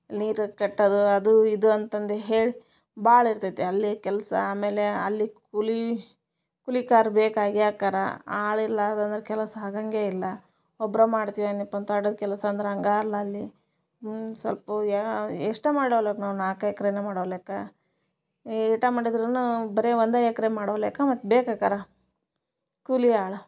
ನೀರು ಕಟ್ಟೋದ್ ಅದು ಇದು ಅಂತಂದು ಹೇಳಿ ಭಾಳ ಇರ್ತೈತೆ ಅಲ್ಲಿ ಕೆಲಸ ಆಮೇಲೆ ಅಲ್ಲಿ ಕೂಲಿ ಕೂಲಿಕಾರ್ ಬೇಕಾಗೆ ಆಕಾರ ಆಳು ಇರ್ಲಾರ್ದಂದ್ರೆ ಕೆಲಸ ಆಗಂಗೆ ಇಲ್ಲ ಒಬ್ಬರು ಮಾಡ್ತೀವಿ ಅಂದ್ನ್ಯಪ್ಪ ಅಂತ ತ್ವಾಟದ ಕೆಲಸ ಅಂದ್ರೆ ಹಂಗ ಅಲ್ಲ ಅಲ್ಲಿ ಸಲ್ಪ ಯಾ ಎಷ್ಟು ಮಾಡಲ್ವಕ್ ನಾವು ನಾಲ್ಕು ಎಕರೆನ ಮಾಡ್ವಲೇಕ ಈ ಇಟ ಮಾಡಿದ್ರೂನೂ ಬರೆ ಒಂದು ಎಕರೆ ಮಾಡ್ವಲೇಕ ಮತ್ತು ಬೇಕಾಕ್ಕರ ಕೂಲಿ ಆಳು